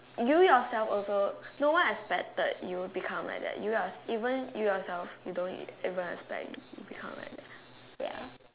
you yourself also no one expected you become like that you your even you yourself you don't even expect you become like that ya